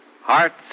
hearts